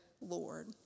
Lord